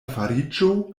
fariĝo